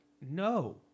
No